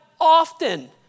often